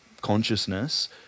consciousness